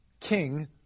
king